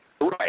Right